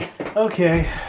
Okay